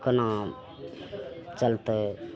कोना चलतै